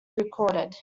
recorded